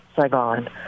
Saigon